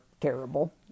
terrible